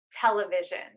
television